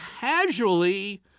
casually